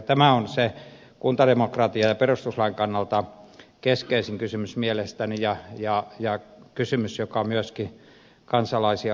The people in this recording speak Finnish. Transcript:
tämä on se kuntademokratian ja perustuslain kannalta keskeisin kysymys mielestäni ja kysymys joka myöskin kansalaisia huolettaa